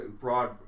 broad